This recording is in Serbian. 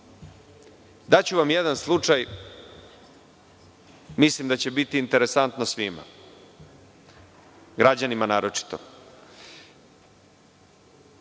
vam jedan slučaj, mislim da će biti interesantno svima, građanima naročito.